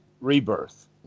rebirth